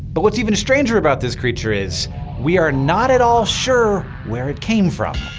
but what's even stranger about this creature is we're not at all sure where it came from.